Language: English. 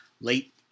late –